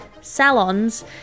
salons